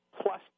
plus